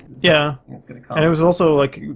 yeah and it was also like